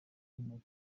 y’intoki